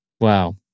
Wow